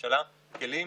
שקל.